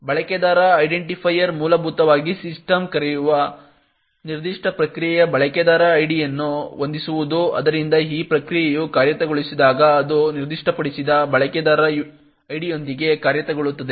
ಬಳಕೆದಾರ ಐಡೆಂಟಿಫಯರ್ ಮೂಲಭೂತವಾಗಿ ಸಿಸ್ಟಮ್ ಕರೆಯು ನಿರ್ದಿಷ್ಟ ಪ್ರಕ್ರಿಯೆಯ ಬಳಕೆದಾರ ಐಡಿಯನ್ನು ಹೊಂದಿಸುವುದು ಆದ್ದರಿಂದ ಈ ಪ್ರಕ್ರಿಯೆಯು ಕಾರ್ಯಗತಗೊಳಿಸಿದಾಗ ಅದು ನಿರ್ದಿಷ್ಟಪಡಿಸಿದ ಬಳಕೆದಾರ ಐಡಿಯೊಂದಿಗೆ ಕಾರ್ಯಗತಗೊಳ್ಳುತ್ತದೆ